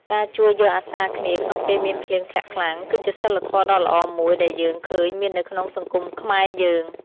ការជួយយកអាសារគ្នាក្នុងពេលមានភ្លៀងធ្លាក់ខ្លាំង គឺជាសីលធម៌ដ៏ល្អមួយដែលយើងឃើញមាននៅក្នុងសង្គមខ្មែរយើង។